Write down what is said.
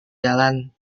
jalan